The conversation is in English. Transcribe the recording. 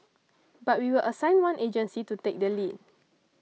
but we will assign one agency to take the lead